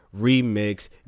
remix